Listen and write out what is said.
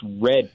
red